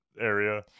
area